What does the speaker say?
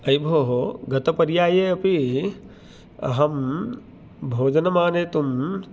अयि भोः गतपर्याये अपि अहं भोजनम् आनेतुं